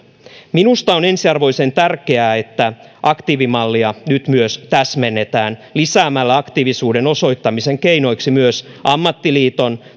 minusta on ensiarvoisen tärkeää että aktiivimallia nyt myös täsmennetään lisäämällä aktiivisuuden osoittamisen keinoiksi myös ammattiliiton